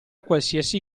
qualsiasi